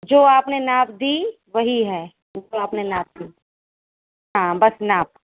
جو آپ نے ناپ دی وہی ہے جو آپ نے ناپ دی ہاں بس ناپ